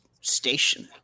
station